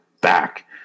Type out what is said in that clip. back